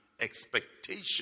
expectation